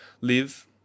live